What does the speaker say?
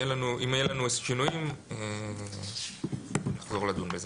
ואם יהיו לנו איזשהם שינויים אנחנו נחזור לדון בזה.